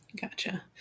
Gotcha